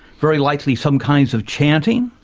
very likely some kinds of chanting.